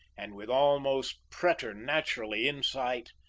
and with almost preternatural insight,